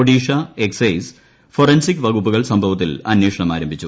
Odisha excise forensic വകുപ്പുകൾ സംഭവത്തിൽ അന്വേഷണം ആരംഭിച്ചു